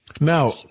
Now